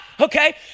okay